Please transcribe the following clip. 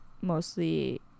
mostly